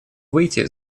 выйти